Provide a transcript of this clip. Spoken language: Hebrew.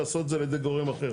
לעשות את זה על ידי גורם אחר.